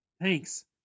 Thanks